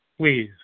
Please